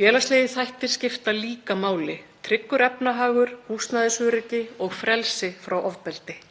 Félagslegir þættir skipta líka máli; tryggur efnahagur, húsnæðisöryggi og frelsi frá ofbeldi.